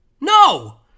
No